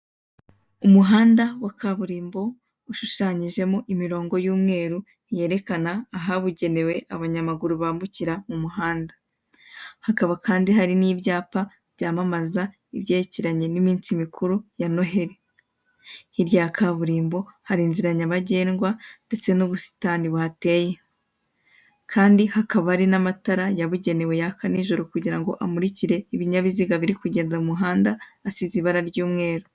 Umuhanda wakaburimbo ushushanyijemo imirongo y'umweru yerekana ahabugenewe abanyamaguru bambukira mu muhanda, hakaba kandi hari n'ibyapa byamamaza ibyerekeranye n'iminsi mikuru ya noheri. Hirya ya kaburimbo hari inzira nyabagendwa ndetse n'ubusitani buhateye, kandi hakaba hari n'amatara yabugenewe yaka n'ijoro kugira ngo amurikire ibinyabiziga biri kugenda mu muhanda asize ibara ry'umweru.